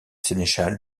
sénéchal